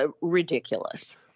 ridiculous